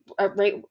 right